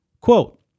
Quote